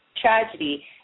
tragedy